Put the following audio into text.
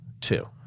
two